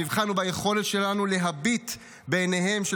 המבחן הוא ביכולת שלנו להביט בעיניהם של